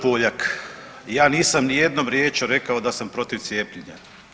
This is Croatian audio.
Puljak, ja nisam ni jednom riječju rekao da sam protiv cijepljenja.